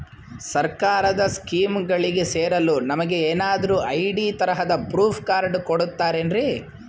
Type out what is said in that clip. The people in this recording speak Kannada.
ಸರ್ಕಾರದ ಸ್ಕೀಮ್ಗಳಿಗೆ ಸೇರಲು ನಮಗೆ ಏನಾದ್ರು ಐ.ಡಿ ತರಹದ ಪ್ರೂಫ್ ಕಾರ್ಡ್ ಕೊಡುತ್ತಾರೆನ್ರಿ?